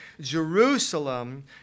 Jerusalem